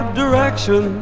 direction